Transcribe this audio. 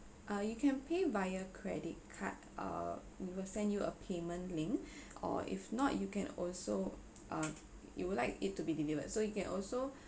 uh you can pay via credit card uh we will send you a payment link or if not you can also uh you would like it to be delivered so you can also